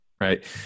right